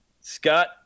Scott